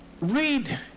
read